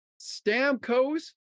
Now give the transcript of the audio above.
Stamkos